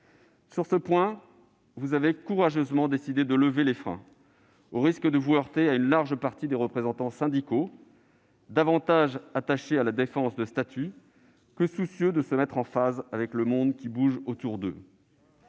Sur ce point, vous avez courageusement décidé de lever les freins, au risque de vous heurter à une large partie des représentants syndicaux, plus attachés à la défense de statuts que soucieux de se mettre en phase avec le monde qui bouge autour d'eux.